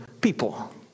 people